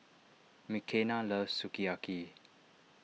Mckenna loves Sukiyaki